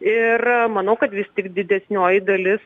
ir manau kad vis tik didesnioji dalis